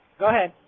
go ahead.